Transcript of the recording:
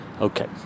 Okay